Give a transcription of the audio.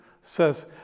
says